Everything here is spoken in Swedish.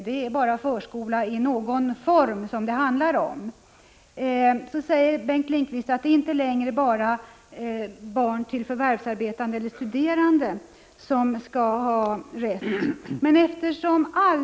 Det handlar bara om förskola i någon form. Bengt Lindqvist säger att det inte längre är bara barn till förvärvsarbetande och studerande som skall ha rätt till barnomsorg.